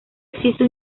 existe